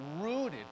rooted